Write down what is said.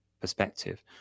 perspective